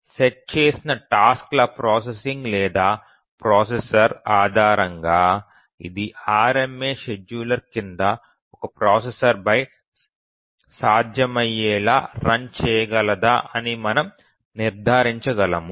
set చేసిన టాస్క్ల processing లేదా ప్రాసెసర్ ఆధారంగా ఇది RMA షెడ్యూలర్ క్రింద ఒక ప్రాసెసర్పై సాధ్యమయ్యేలా రన్ చేయగలదా అని మనము నిర్ధారించగలము